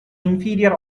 inferior